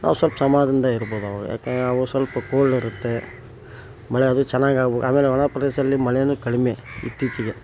ನಾವು ಸ್ವಲ್ಪ ಸಮಾಧಾನ್ದಿಂದ ಇರ್ಬೋದು ಆವಾಗ ಏಕೆಂದರೆ ನಾವು ಸ್ವಲ್ಪ ಕೋಲ್ಡ್ ಇರುತ್ತೆ ಮಳೆ ಅದು ಚೆನ್ನಾಗಿ ಹಾಗೂ ಆಮೇಲೆ ಒಣ ಪ್ರದೇಶದಲ್ಲಿ ಮಳೆಯೂ ಕಡಿಮೆ ಇತ್ತೀಚೆಗೆ